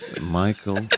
Michael